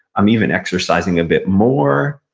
i'm even exercising a bit more.